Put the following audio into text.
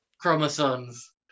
chromosomes